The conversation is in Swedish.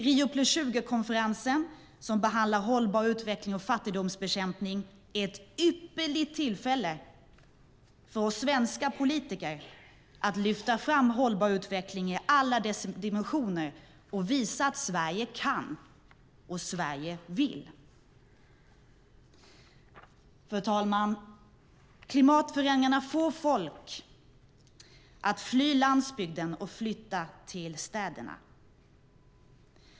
Rio + 20-konferensen, som behandlar hållbar utveckling och fattigdomsbekämpning, är ett ypperligt tillfälle för oss svenska politiker att lyfta fram hållbar utveckling i alla dess dimensioner och visa att Sverige kan och att Sverige vill. Fru talman! Klimatförändringarna får folk att fly landsbygden och flytta till städerna.